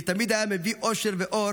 ותמיד היה מביא אושר ואור